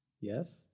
Yes